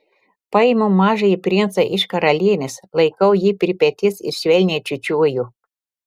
paimu mažąjį princą iš karalienės laikau jį prie peties ir švelniai čiūčiuoju